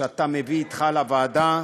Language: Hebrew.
שאתה מביא אתך לוועדה,